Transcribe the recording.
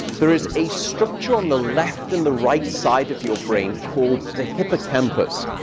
there is a structure on the left and the right side of your brain called the hippocampus.